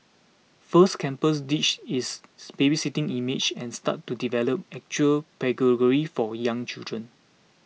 First Campus ditched its babysitting image and started to develop actual pedagogy for young children